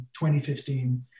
2015